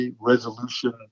resolution